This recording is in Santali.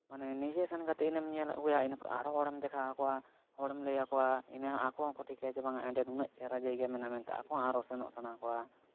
ᱢᱟᱱᱮ ᱱᱤᱡᱮ ᱥᱮᱱ ᱠᱟᱛᱮᱫ ᱤᱱᱟᱹᱢ ᱧᱮᱞ ᱟᱹᱜᱩᱭᱟ ᱤᱱᱟᱹᱯᱚᱨᱮ ᱟᱨᱦᱚᱸ ᱦᱚᱲᱮᱢ ᱫᱮᱠᱷᱟᱣᱟᱠᱚᱣᱟ ᱦᱚᱲᱮᱢ ᱞᱟᱹᱭᱟᱠᱚᱣᱟ ᱤᱱᱟᱹ ᱟᱠᱚ ᱦᱚᱸᱠᱚ ᱴᱷᱤᱠᱟᱹᱭᱟᱠᱚ ᱡᱮ ᱵᱟᱝᱟ ᱚᱸᱰᱮ ᱱᱩᱱᱟᱹᱜ ᱪᱮᱦᱨᱟ ᱡᱟᱭᱜᱟ ᱢᱮᱱᱟᱜᱼᱟ ᱢᱮᱱᱛᱮ ᱟᱠᱚᱦᱚᱸ ᱟᱨᱚ ᱥᱮᱱᱚᱜ ᱥᱟᱱᱟ ᱠᱚᱣᱟ